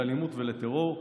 לאלימות ולטרור,